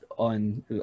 on